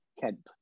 Kent